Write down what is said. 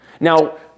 Now